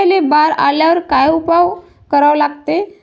आंब्याले बार आल्यावर काय उपाव करा लागते?